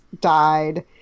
died